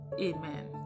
Amen